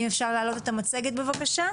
אם אפשר להעלות את המצגת בבקשה.